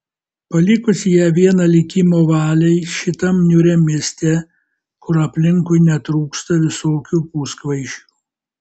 palikusi ją vieną likimo valiai šitam niūriam mieste kur aplinkui netrūksta visokių puskvaišių